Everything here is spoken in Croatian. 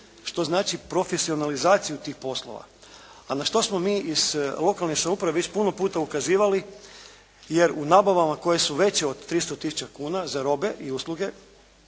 što znači profesionalizaciju tih poslova, a na što smo mi iz lokalne samouprave već puno puta ukazivali, jer u nabavama koje su veće od 300 tisuća kuna za robe i usluge